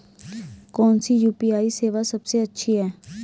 कौन सी यू.पी.आई सेवा सबसे अच्छी है?